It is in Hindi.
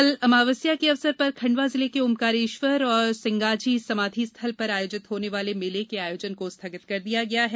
कल अमावस्या के अवसर पर खंडवा जिले के ऑकारेश्वर और सिंगाजी समाधि स्थल पर आयोजित होने वाले मेले के आयोजन को स्थगित कर दिया है